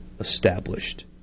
established